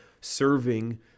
serving